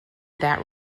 that